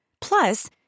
Plus